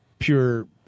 pure